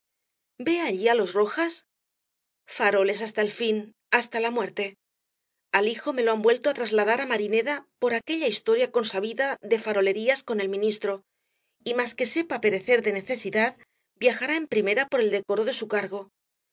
allí á los rojas faroles hasta el fin hasta la muerte al hijo me lo han vuelto á trasladar á marineda por aquella historia consabida de farolerías con el ministro y mas que sepa perecer de necesidad viajará en primera por el decoro de su cargo